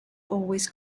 always